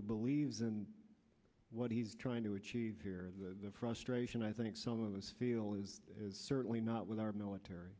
who believes in what he's trying to achieve here the frustration i think some of us feel is certainly not with our military